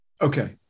Okay